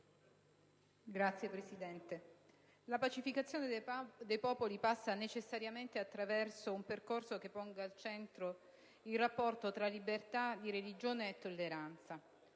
Signor Presidente, la pacificazione dei popoli passa necessariamente attraverso un percorso che ponga al centro il rapporto tra libertà di religione e tolleranza.